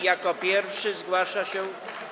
Jako pierwszy zgłasza się.